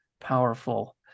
powerful